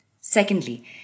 Secondly